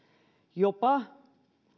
jopa